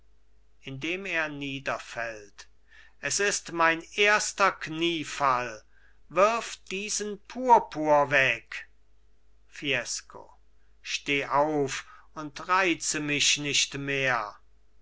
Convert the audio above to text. indem er niederfällt es ist mein erster kniefall wirf diesen purpur weg fiesco steh auf und reize mich nicht mehr